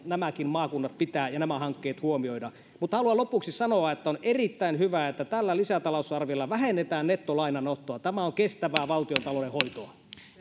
nämäkin maakunnat ja hankkeet pitää huomioida haluan lopuksi sanoa että on erittäin hyvä että tällä lisätalousarviolla vähennetään nettolainanottoa tämä on kestävää valtiontalouden hoitoa